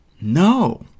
No